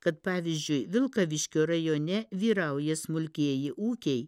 kad pavyzdžiui vilkaviškio rajone vyrauja smulkieji ūkiai